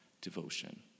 devotion